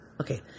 Okay